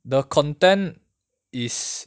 the content is